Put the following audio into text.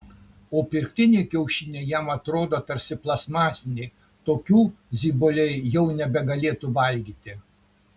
o pirktiniai kiaušiniai jam atrodo tarsi plastmasiniai tokių ziboliai jau nebegalėtų valgyti